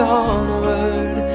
onward